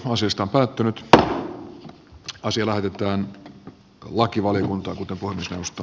puhemiesneuvosto ehdottaa että asia lähetetään lakivaliokuntaankuntokursseista